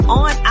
on